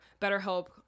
BetterHelp